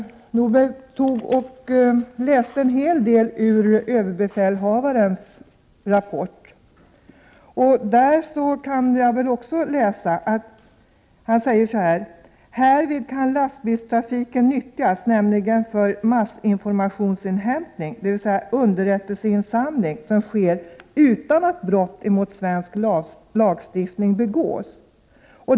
Gudrun Norberg läste en hel del ur överbefälhavarens rapport. Där kan jag också läsa att överbefälhavaren säger så här: Härvid kan lastbilstrafiken lyckas, nämligen för massinformationsinhämtning, dvs. underrättelseinsamling som sker utan att brott mot svensk lagstiftning begås.